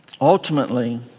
Ultimately